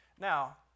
Now